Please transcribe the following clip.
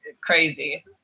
Crazy